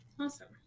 Awesome